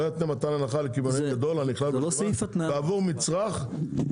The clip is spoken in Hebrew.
לא יתנה מתן הנחה לקמעונאי גדול הנכלל ברשימה בעבור מצרך ממצרכיו,